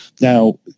Now